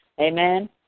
Amen